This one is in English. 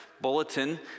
Bulletin